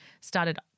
started